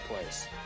place